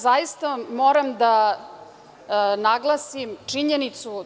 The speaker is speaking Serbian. Zaista moram da naglasim činjenicu…